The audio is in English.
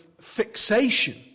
fixation